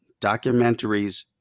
Documentaries